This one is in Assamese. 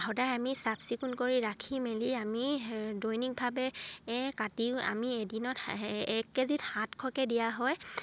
সদায় আমি চাফ চিকুণ কৰি ৰাখি মেলি আমি দৈনিকভাৱে কাটিও আমি এদিনত এক কেজিত সাতশকে দিয়া হয়